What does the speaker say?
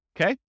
Okay